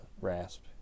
Rasp